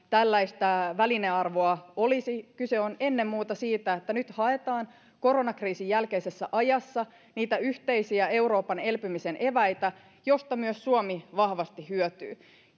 tällaista välinearvoa olisi kyse on ennen muuta siitä että nyt haetaan koronakriisin jälkeisessä ajassa niitä yhteisiä euroopan elpymisen eväitä joista myös suomi vahvasti hyötyy